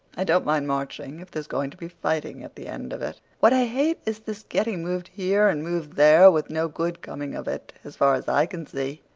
i don't mind marching, if there's going to be fighting at the end of it. what i hate is this getting moved here and moved there, with no good coming of it, as far as i can see,